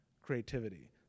creativity